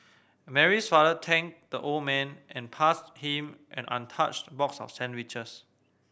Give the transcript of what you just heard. Mary's father thanked the old man and passed him an untouched box of sandwiches